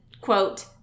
quote